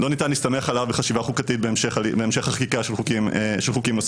לא ניתן להסתמך עליו בחשיבה חוקתית בהמשך החקיקה של חוקים נוספים.